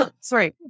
Sorry